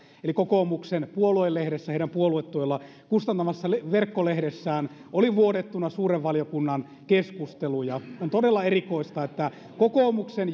eli kokoomuksen puoluelehdessä heidän puoluetuella kustantamassaan verkkolehdessä oli vuodettuna suuren valiokunnan keskusteluja on todella erikoista että kokoomuksen